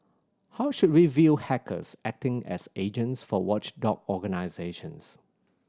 how should we view hackers acting as agents for watchdog organisations